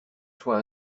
soit